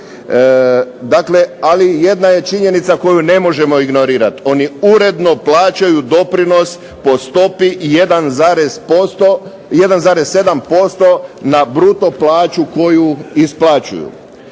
Dakle, jedna je činjenica koju ne možemo ignorirati, oni uredno plaćaju doprinos po stopi 1,7% na bruto plaću koju isplaćuju